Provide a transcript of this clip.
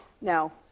no